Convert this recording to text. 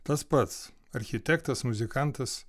tas pats architektas muzikantas